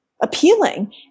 appealing